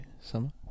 Summer